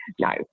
No